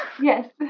Yes